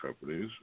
companies